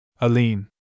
Aline